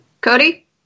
Cody